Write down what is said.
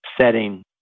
setting